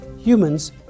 Humans